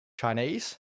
Chinese